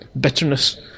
bitterness